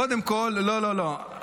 קודם כול, לא, לא, לא.